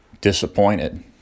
disappointed